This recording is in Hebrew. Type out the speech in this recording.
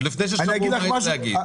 עוד לפני ששמעו מה יש להגיד.